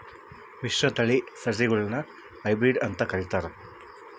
ಮಿಶ್ರತಳಿ ಸಸಿಗುಳ್ನ ಹೈಬ್ರಿಡ್ ಅಂತ ಕರಿತಾರ